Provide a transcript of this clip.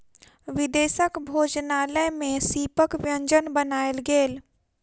विदेशक भोजनालय में सीपक व्यंजन बनायल गेल